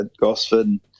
gosford